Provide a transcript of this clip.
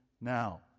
now